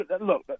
Look